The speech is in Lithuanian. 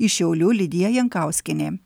iš šiaulių lidija jankauskienė